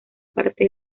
parte